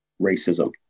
racism